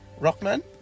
Rockman